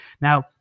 Now